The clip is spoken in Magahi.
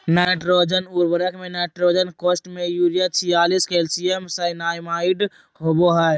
नाइट्रोजन उर्वरक में नाइट्रोजन कोष्ठ में यूरिया छियालिश कैल्शियम साइनामाईड होबा हइ